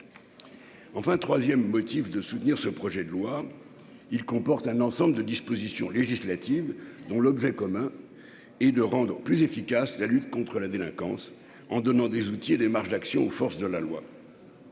enfin 3ème motif de soutenir ce projet de loi, il comporte un ensemble de dispositions législatives dont l'objet commun et de rendre plus efficace la lutte contre la délinquance, en donnant des outils et des marges d'action aux forces de la loi.